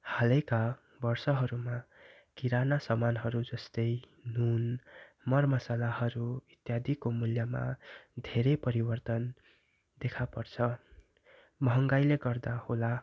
हालैका वर्षहरूमा किराना समानहरू जस्तै नुन मर मसलाहरू इत्यादिको मूल्यमा धेरै परिवर्तन देखा पर्छ महँगाइ गर्दा होला